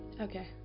okay